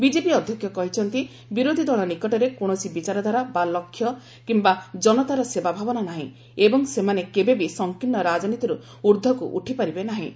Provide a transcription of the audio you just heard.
BJP ଅଧ୍ୟକ୍ଷ କହିଛନ୍ତି ବିରୋଧୀ ଦଳ ନିକଟରେ କୌଣସି ବିଚାରଧାରା ବା ଲକ୍ଷ୍ୟ କିମ୍ବା ଜନତାର ସେବା ଭାବନା ନାହିଁ ଏବଂ ସେମାନେ କେବେ ବି ସଂକୀର୍ଷ୍ଣ ରାଜନୀତିରୁ ଉର୍ଦ୍ଧ୍ୱକୁ ଉଠିପାରିବେ ନାହିଁ